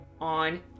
on